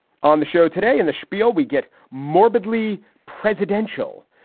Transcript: on the show today and the spiel we get morbidly presidential.